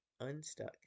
unstuck